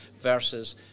versus